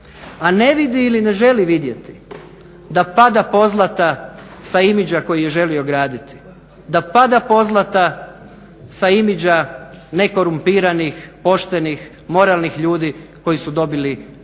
a ne vidi ili ne želi vidjeti da pada pozlata sa imidža koji je želio graditi, da pada pozlata sa imidža nekorumpiranih, poštenih, moralnih ljudi koji su dobili vlast